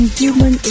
human